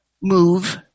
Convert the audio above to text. move